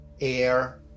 air